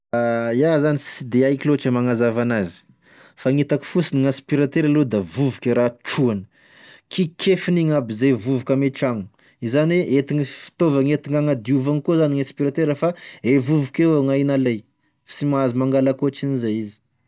Ià zany sy de haiko lôtry e magnazava anazy, fa gny hitako fosiny aspirateur loa da vovoky e raha trohany kikefin'igny agnaby zay vovoky amy tragno, zany oe entig- fitaovagny entigny agnadiovagny avao koa zany ny aspirateur fa e vovoky avao gn'ainy alay, sy mahazo mangala ankôtrin'izay izy.